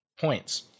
points